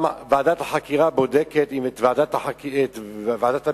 ועדת החקירה בודקת את ועדת הבדיקה,